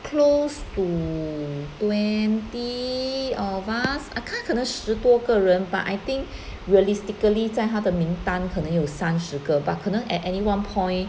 close to twenty of us I can't 可能十多个人 but I think realistically 在他的名单可能有三十个 but 可能 at any one point